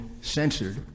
censored